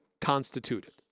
constituted